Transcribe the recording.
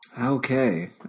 Okay